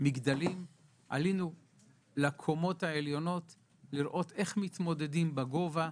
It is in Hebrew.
עלינו לקומות העליונות במגדלים כדי לראות איך מתמודדים בגובה,